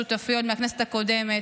שותפי עוד מהכנסת הקודמת.